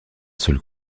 seul